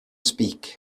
speak